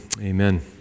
Amen